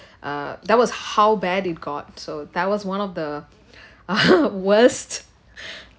uh that was how bad it got so that was one of the worst